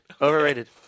Overrated